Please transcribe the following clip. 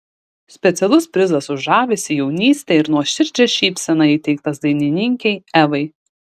specialus prizas už žavesį jaunystę ir nuoširdžią šypseną įteiktas dainininkei evai